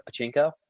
pachinko